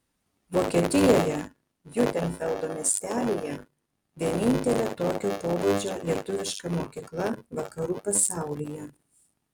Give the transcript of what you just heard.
vokietijoje hiutenfeldo miestelyje vienintelė tokio pobūdžio lietuviška mokykla vakarų pasaulyje